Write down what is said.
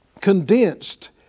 condensed